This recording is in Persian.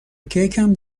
کیکم